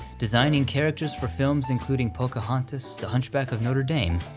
designing characters for films including pocahontas, the hunchback of notre dame,